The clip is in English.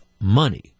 money